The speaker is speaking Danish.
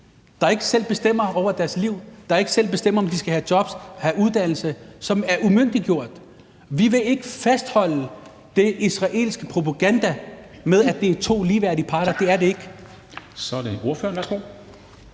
som ikke selv bestemmer over deres liv, som ikke selv bestemmer, om de skal have job eller have uddannelse, og som er umyndiggjort. Vi vil ikke fastholde den israelske propaganda med, at det er to ligeværdige parter. Det er det ikke.